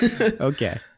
okay